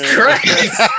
Christ